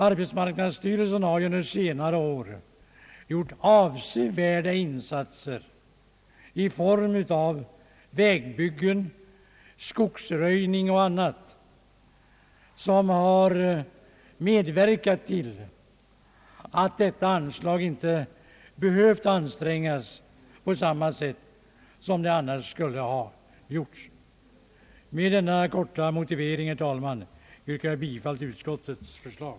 Arbetsmarknadsstyrelsen har under senare år gjort avsevärda insatser i form av vägbyggen, skogsröjning och annat, som har medverkat till att detta anslag inte har behövt ansträngas på samma sätt som annars skulle ha blivit fallet. Med denna korta motivering, herr talman, yrkar jag bifall till utskottets förslag.